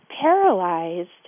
paralyzed